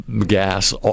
gas